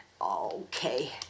Okay